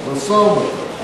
משא-ומתן.